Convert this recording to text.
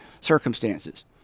circumstances